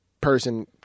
person